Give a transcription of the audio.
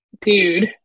dude